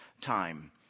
time